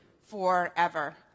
forever